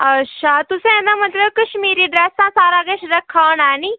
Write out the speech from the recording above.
अच्छा तुसें एह्दा मतलब कश्मीरी ड्रैसां एह्दा मतलब सारा किश रक्खा होना ऐ निं